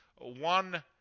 one